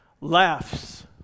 laughs